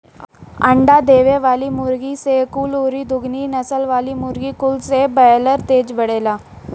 अंडा देवे वाली मुर्गीन कुल से अउरी दुनु नसल वाला मुर्गिन कुल से बायलर तेज बढ़ेला